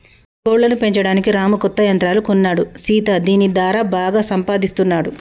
కోళ్లను పెంచడానికి రాము కొత్త యంత్రాలు కొన్నాడు సీత దీని దారా బాగా సంపాదిస్తున్నాడు